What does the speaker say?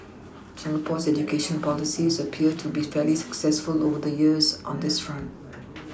Singapore's education policies appear to been fairly successful over the years on this front